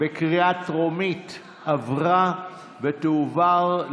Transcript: ההתיישנות (תיקון,